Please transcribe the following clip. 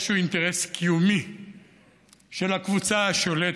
שהוא אינטרס קיומי של הקבוצה השולטת,